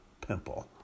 pimple